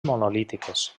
monolítiques